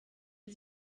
sie